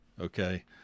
okay